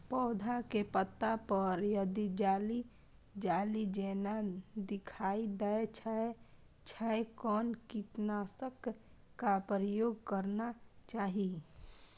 पोधा के पत्ता पर यदि जाली जाली जेना दिखाई दै छै छै कोन कीटनाशक के प्रयोग करना चाही?